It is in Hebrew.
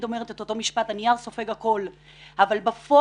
אומרת את אותו משפט האומר שהנייר סופג הכול אבל בפועל,